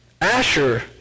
Asher